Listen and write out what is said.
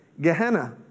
Gehenna